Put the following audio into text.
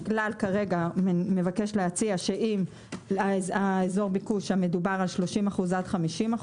הכלל כרגע מבקש להציע שאם אזור הביקוש המדובר על 30% עד 50%,